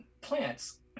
plants